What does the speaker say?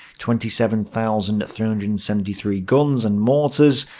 twenty seven thousand three hundred and seventy three guns and mortars,